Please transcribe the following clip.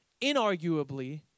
inarguably